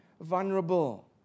vulnerable